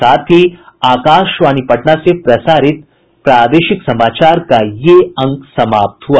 इसके साथ ही आकाशवाणी पटना से प्रसारित प्रादेशिक समाचार का ये अंक समाप्त हुआ